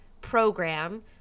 program